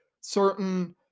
certain